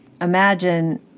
imagine